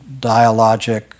dialogic